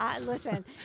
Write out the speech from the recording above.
listen